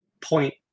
point